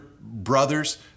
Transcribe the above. brothers